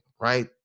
right